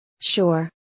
Sure